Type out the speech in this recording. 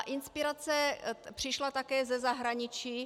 Inspirace přišla také ze zahraničí.